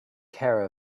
care